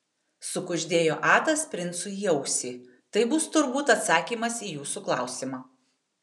sukuždėjo atas princui į ausį tai bus turbūt atsakymas į jūsų klausimą